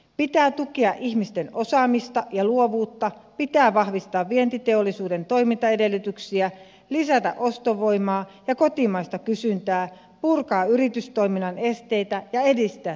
pitää tukea ihmisten osaamista ja luovuutta vahvistaa vientiteollisuuden toimintaedellytyksiä lisätä ostovoimaa ja kotimaista kysyntää purkaa yritystoiminnan esteitä ja edistää työllisyyttä